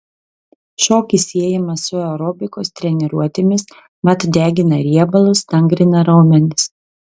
šokis siejamas su aerobikos treniruotėmis mat degina riebalus stangrina raumenis